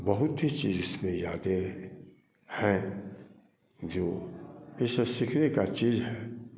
बहुत सी चीज़ इसमें यादें हैं जो यह सब सीखने की चीज़ है